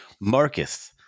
Marcus